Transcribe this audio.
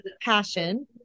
passion